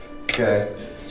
Okay